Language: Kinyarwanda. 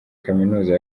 kaminuza